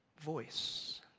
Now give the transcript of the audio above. Voice